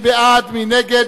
בעד, 30, נגד,